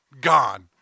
gone